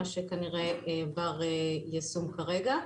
מה שכנראה בר יישום כרגע.